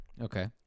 Okay